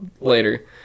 later